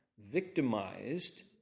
victimized